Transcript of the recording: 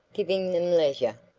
giving them leisure,